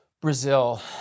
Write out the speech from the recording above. Brazil